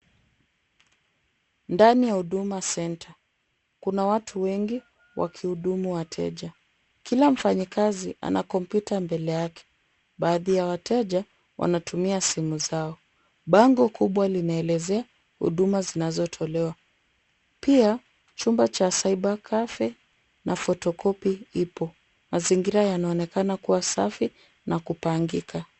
Ndani ya Huduma Centre. Kuna watu wengi wakihudumu wateja. Kila mfanyakazi ana kompyuta mbele yake. Baadhi ya wateja wanatumia simu zao. Bango kubwa linaelezea huduma zinazotolewa. Pia chumba cha cyber cafe na photocopy ipo. Mazingira yanaonekana kuwa safi na kupangika.